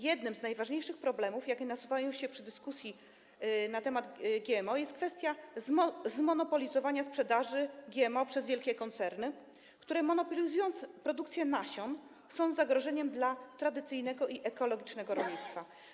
Jednym z najważniejszych problemów, jakie nasuwają się przy dyskusji na temat GMO, jest kwestia zmonopolizowania sprzedaży GMO przez wielkie koncerny, które monopolizując produkcję nasion, są zagrożeniem dla tradycyjnego i ekologicznego rolnictwa.